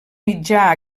mitjà